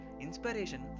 Inspiration